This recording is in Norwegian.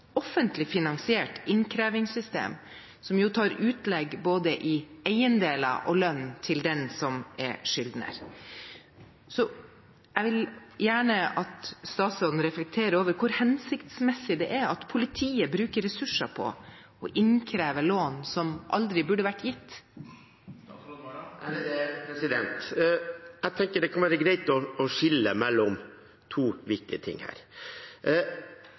offentlig finansiert innkrevingssystem, som tar utlegg både i eiendeler og lønn til den som er skyldner. Så jeg vil gjerne at statsråden reflekterer over hvor hensiktsmessig det er at politiet bruker ressurser på å innkreve lån som aldri burde vært gitt. Jeg tenker det kan være greit å skille mellom to viktige ting her.